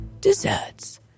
desserts